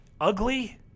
ugly